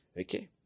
Okay